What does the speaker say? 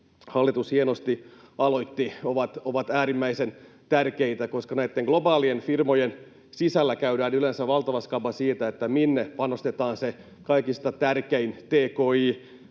hallitus hienosti aloitti, ovat äärimmäisen tärkeitä, koska näitten globaalien firmojen sisällä käydään yleensä valtava skaba siitä, minne panostetaan se kaikista tärkein tki-toiminto.